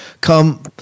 Come